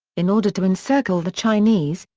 in order to encircle the chinese,